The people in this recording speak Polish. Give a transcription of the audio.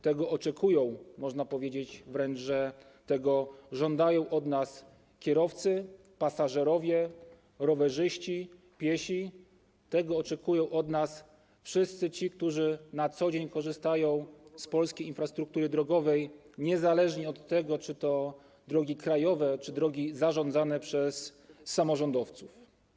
Tego oczekują - można powiedzieć wręcz, że tego żądają - od nas kierowcy, pasażerowie, rowerzyści, piesi, tego oczekują od nas wszyscy ci, którzy na co dzień korzystają z polskiej infrastruktury drogowej, niezależnie od tego, czy to drogi krajowe, czy drogi zarządzane przez samorządowców.